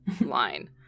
line